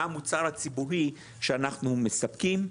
מה המוצר הציבורי שאנחנו מספקים.